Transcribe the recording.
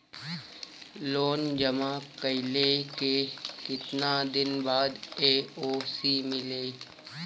Loan जमा कइले के कितना दिन बाद एन.ओ.सी मिली?